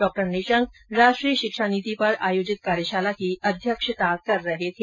doctor Nishank राष्ट्रीय शिक्षा नीति पर आयोजित कार्यशाला की अध्यक्षता कर रहे थे